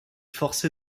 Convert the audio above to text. forcé